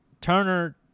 Turner